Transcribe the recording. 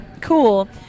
cool